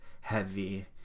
heavy